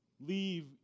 Leave